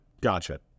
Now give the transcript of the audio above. gotcha